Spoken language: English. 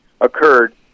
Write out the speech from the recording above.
occurred